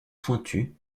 pointu